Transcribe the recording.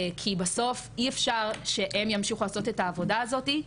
כי בסוף אי אפשר שהם ימשיכו לעשות את העבודה הזאתי,